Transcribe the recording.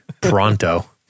Pronto